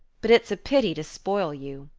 but it's a pity to spoil you.